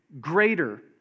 greater